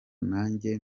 nanjye